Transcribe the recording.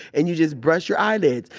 and you just brush your eyelids.